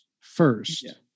first